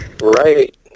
Right